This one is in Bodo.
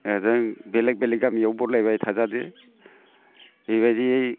बेलेग बेलेग गामियाव बदलायबाय थाजादो बेबायदि